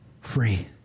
free